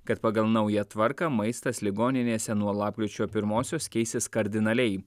kad pagal naują tvarką maistas ligoninėse nuo lapkričio pirmosios keisis kardinaliai